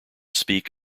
speak